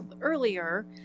earlier